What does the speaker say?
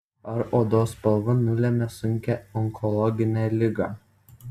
ar odos spalva nulemia sunkią onkologinę ligą